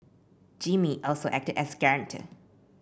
Jimmy also acted as guarantor